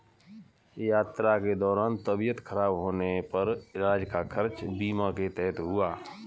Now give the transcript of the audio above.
यात्रा के दौरान तबियत खराब होने पर इलाज का खर्च बीमा के तहत हुआ